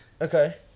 Okay